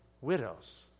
widows